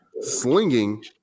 slinging